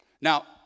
Now